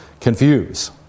confuse